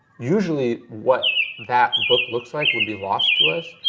usually what that book looks like would be lost to us,